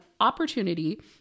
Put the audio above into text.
opportunity